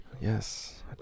Yes